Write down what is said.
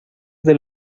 del